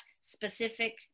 specific